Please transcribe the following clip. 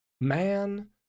man